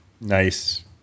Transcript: Nice